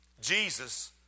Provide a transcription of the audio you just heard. Jesus